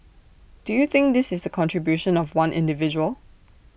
do you think this is the contribution of one individual